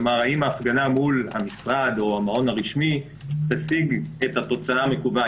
כלומר האם ההפגנה מול המשרד או המעון הרשמי תשיג את התוצאה המקווה.